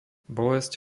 bolesť